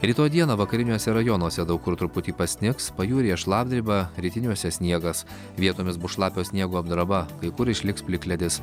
rytoj dieną vakariniuose rajonuose daug kur truputį pasnigs pajūryje šlapdriba rytiniuose sniegas vietomis bus šlapio sniego apdraba kai kur išliks plikledis